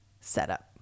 setup